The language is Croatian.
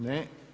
Ne.